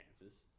Chances